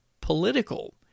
political